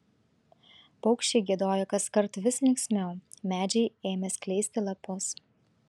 paukščiai giedojo kaskart vis linksmiau medžiai ėmė skleisti lapus